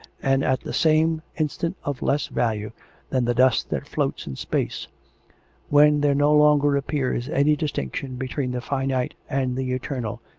and at the same instant of less value than the dust that floats in space when there no longer appears any distinction between the finite and the eternal,